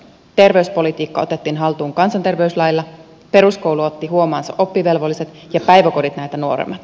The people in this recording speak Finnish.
terveyspolitiikka otettiin haltuun kansanterveyslailla peruskoulu otti huomaansa oppivelvolliset ja päiväkodit näitä nuoremmat